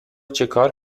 چیکار